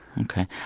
Okay